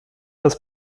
das